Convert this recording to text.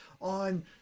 on